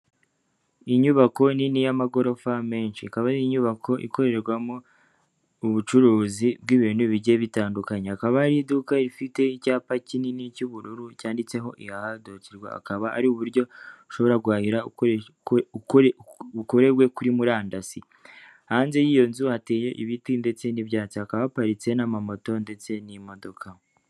Inyubako nini y'amagorofa menshi, ikaba ari inyubako ikorerwamo ubucuruzi bw'ibintu bigiye bitandukanye, akaba ari iduka rifite icyapa kinini cy'ubururu cyanditseho ihaha doti rwa akaba ari uburyo ushobora guhahira bukorewe kuri murandasi hanze y'iyo nzu hateye ibiti ndetse n'ibyatsi hakaba haparitse n'amamoto ndetse n'imodoka.